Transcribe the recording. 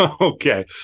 Okay